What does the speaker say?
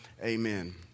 amen